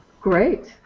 Great